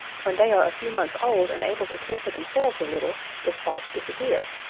when they are a few months old and able to care for themselves a little, the spots disappear.